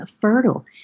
fertile